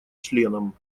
членам